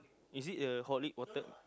is it uh horlick water